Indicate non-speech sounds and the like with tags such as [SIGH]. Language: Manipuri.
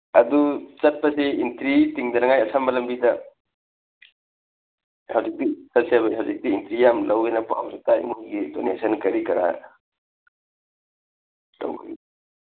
ꯑꯗꯨ ꯆꯠꯄꯁꯤ ꯑꯦꯟꯇ꯭ꯔꯤ ꯇꯤꯡꯗꯅꯤꯉꯥꯏ ꯑꯁꯝꯕ ꯂꯝꯕꯤꯗ [UNINTELLIGIBLE] ꯆꯠꯁꯦꯕ ꯍꯧꯖꯤꯛꯇꯤ ꯑꯦꯟꯇ꯭ꯔꯤ ꯌꯥꯝ ꯂꯧꯋꯦꯅ ꯄꯥꯎꯁꯨ ꯇꯥꯏ ꯃꯣꯏꯒꯤ ꯗꯣꯅꯦꯁꯟ ꯀꯔꯤ ꯀꯔꯥ ꯇꯧꯕꯩ